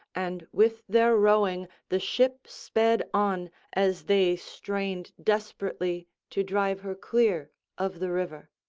and with their rowing the ship sped on as they strained desperately to drive her clear of the river.